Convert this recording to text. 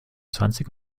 zwanzig